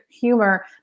humor